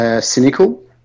cynical